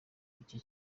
bike